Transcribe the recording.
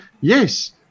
yes